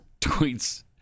tweets